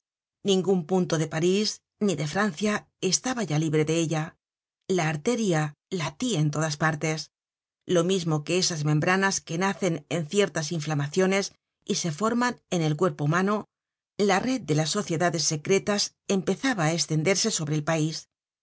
ningun punto de parís ni de francia estaba ya libre de ella la arteria latia en todas partes lo mismo que esas membranas que nacen en ciertas inflamaciones y se forman en el cuerpo humano la red de las sociedades secretas empezaba á estenderse sobre el pais